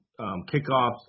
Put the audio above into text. kickoffs